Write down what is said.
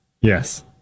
yes